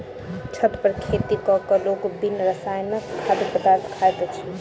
छत पर खेती क क लोक बिन रसायनक खाद्य पदार्थ खाइत अछि